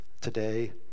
today